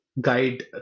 guide